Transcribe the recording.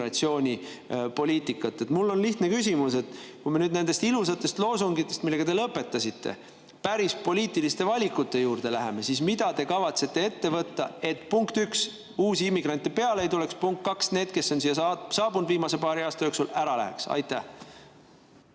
Mul on lihtne küsimus. Kui me nüüd nendest ilusatest loosungitest, millega te lõpetasite, päris poliitiliste valikute juurde läheme, siis mida te kavatsete ette võtta, et, punkt 1, uusi immigrante peale ei tuleks, ja punkt 2, et need, kes on siia saabunud viimase paari aasta jooksul, ära läheks? Aitäh!